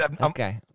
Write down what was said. okay